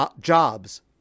jobs